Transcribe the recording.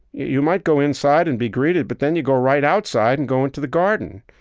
you might go inside and be greeted. but then, you go right outside and go into the garden.